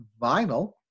vinyl